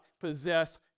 possess